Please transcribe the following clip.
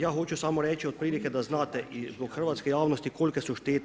Ja hoću samo reći otprilike da znate i zbog hrvatske javnosti kolike su štete.